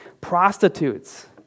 Prostitutes